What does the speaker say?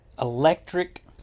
Electric